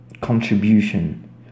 contribution